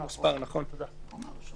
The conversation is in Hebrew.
נכון, תודה.